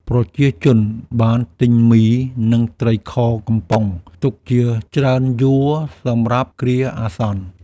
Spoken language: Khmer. ប្រជាជនបានទិញមី និងត្រីខកំប៉ុងទុកជាច្រើនយួរសម្រាប់គ្រាអាសន្ន។